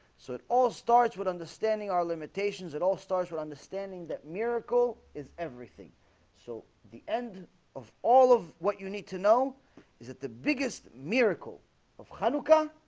so it all starts with understanding our limitations it all starts with understanding that miracle is everything so the end of all of what you need to know is that the biggest miracle hanukkah?